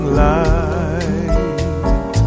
light